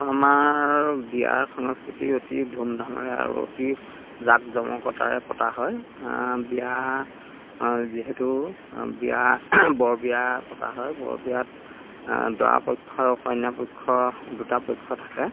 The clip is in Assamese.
আমাৰ বিয়াৰ সংস্কৃতি অতি ধুমধামেৰে আৰু অতি জাক জমকতাৰে পতা হয় বিয়া যিহেতু বিয়া বৰবিয়া পতা হয় বৰ বিয়াত দৰা পক্ষ আৰু কইনা পক্ষ দুটা পক্ষ থাকে